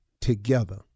together